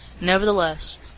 Nevertheless